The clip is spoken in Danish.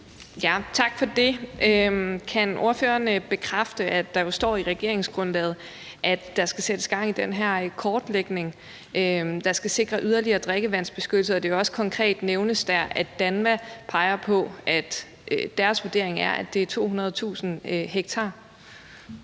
(S): Tak for det. Kan ordføreren bekræfte, at der jo står i regeringsgrundlaget, at der skal sættes gang i den her kortlægning, der skal sikre yderligere drikkevandsbeskyttelse, og at det også konkret nævnes der, at DANVA peger på, at deres vurdering er, at det 200.000 ha?